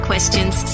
questions